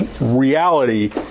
reality